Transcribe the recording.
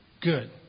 Good